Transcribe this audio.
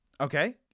Okay